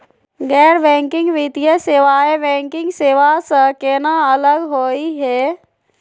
गैर बैंकिंग वित्तीय सेवाएं, बैंकिंग सेवा स केना अलग होई हे?